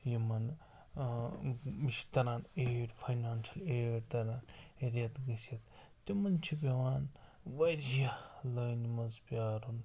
یِمَن یہِ چھُ تران ایڈ فاینانشَل ایڈ تَران رٮ۪تھ گٔژھِتھ تِمَن چھِ پٮ۪وان واریاہ لٲنہِ مَنٛز پیٛارُن